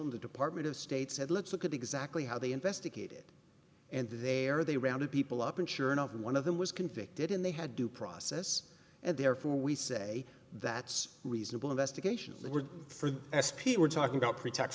and the department of state said let's look at exactly how they investigated and there they rounded people up and sure enough one of them was convicted and they had due process and therefore we say that's reasonable investigation we're for s p we're talking about prete